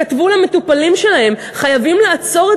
כתבו למטופלים שלהם: חייבים לעצור את